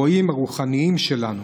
הרועים הרוחניים שלנו,